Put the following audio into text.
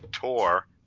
tour